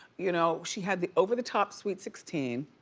you know she had the over-the-top sweet sixteen,